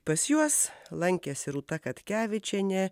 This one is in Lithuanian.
pas juos lankėsi rūta katkevičienė